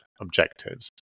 objectives